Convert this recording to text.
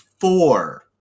four